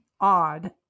odd